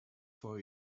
for